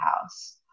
house